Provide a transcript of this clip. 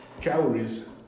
calories